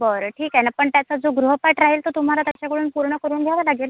बरं ठीक आहे ना पण त्याचा जो गृहपाठ राहील तो तुम्हाला त्याच्याकडून पूर्ण करून घ्यावा लागेल